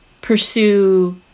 pursue